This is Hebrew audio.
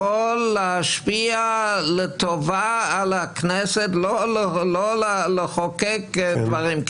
יכול להשפיע לטובה על הכנסת לא לחוקק דברים.